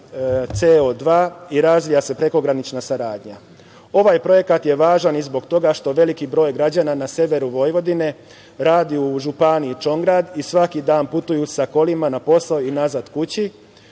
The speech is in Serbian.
i razvija se prekogranična saradnja. Ovaj projekat je važan i zbog toga što veliki broj građana na Severu Vojvodine radi u županiji Čongrad i svaki dan putuju sa kolima na posao i nazad kući,